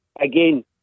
again